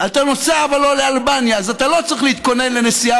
הוא לא יכול, הוא צריך להתכונן לנסיעה